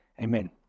Amen